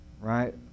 Right